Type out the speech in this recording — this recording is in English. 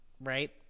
right